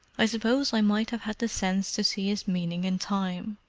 i suppose i might have had the sense to see his meaning in time,